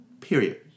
Period